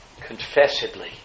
Confessedly